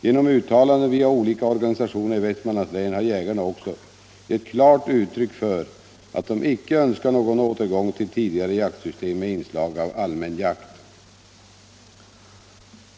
Genom uttalanden via olika organisationer i Västmanlands län har jägarna också givit klart uttryck för att de icke önskar någon återgång till tidigare jaktsystem med inslag av allmän jakt.